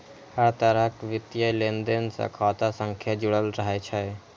हर तरहक वित्तीय लेनदेन सं खाता संख्या जुड़ल रहै छै